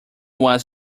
was